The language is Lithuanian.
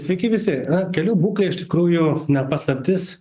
sveiki visi kelių būklė iš tikrųjų ne paslaptis